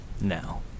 Now